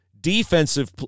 defensive